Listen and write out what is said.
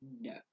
no